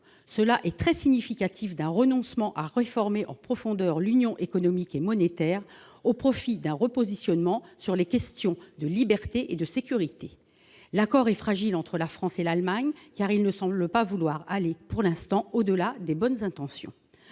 cela est très significatif d'un renoncement à réformer en profondeur l'union économique et monétaire au profit d'un repositionnement sur les questions de liberté et de sécurité, l'accord est fragile entre la France et l'Allemagne, car il ne semble pas vouloir aller pour l'instant, au-delà des bonnes intentions,